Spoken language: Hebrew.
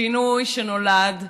שינוי שנולד בחטא,